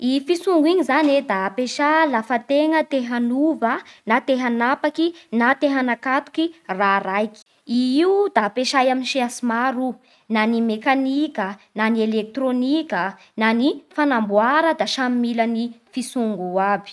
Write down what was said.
I fitsongo iny zany da ampiesa lafa tegna te hanova na te hanapaky na te hanakatoky raha raiky. I io da ampiesa amin'ny sehatry maro na ny mekanika na ny elektronika na ny fanamboara da samy mila ny fisongo aby.